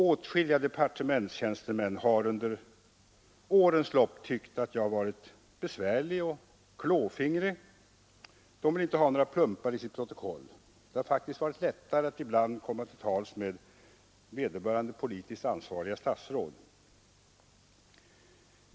Åtskilliga departementstjänstemän har under årens lopp tyckt att jag varit besvärlig och klåfingrig. De vill inte ha några plumpar i sitt protokoll. Det har faktiskt varit lättare att ibland komma till tals med vederbörande politiskt ansvariga statsråd.